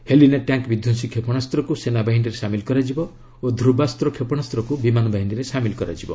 Helina tank ବିଧ୍ୱଂସୀ କ୍ଷେପଶାସ୍ତକୁ ସେନାବାହିନୀରେ ସାମିଲ୍ କରାଯିବ ଓ ଧ୍ରୁବାସ୍ତ କ୍ଷେପଶାସ୍ତକୁ ବିମାନବାହିନୀରେ ସାମିଲ୍ କରାଯିବ